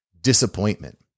disappointment